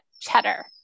Cheddar